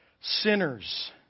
Sinners